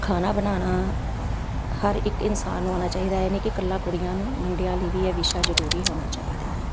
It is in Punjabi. ਖਾਣਾ ਬਣਾਉਣਾ ਹਰ ਇੱਕ ਇਨਸਾਨ ਨੂੰ ਆਉਣਾ ਚਾਹੀਦਾ ਇਹ ਨਹੀਂ ਕਿ ਇਕੱਲਾ ਕੁੜੀਆਂ ਨੂੰ ਮੁੰਡਿਆਂ ਲਈ ਵੀ ਇਹ ਵਿਸ਼ਾ ਜ਼ਰੂਰੀ ਹੋਣਾ ਚਾਹੀਦਾ ਹੈ